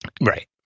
Right